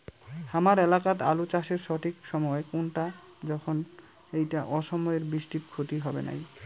হামার এলাকাত আলু চাষের সঠিক সময় কুনটা যখন এইটা অসময়ের বৃষ্টিত ক্ষতি হবে নাই?